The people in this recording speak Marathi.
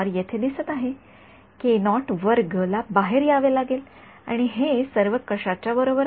हे येथे दिसत आहे ला बाहेर यावे लागेल आणि हे सर्व कशाच्या बरोबर आहे